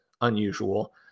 unusual